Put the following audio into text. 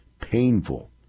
painful